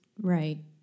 Right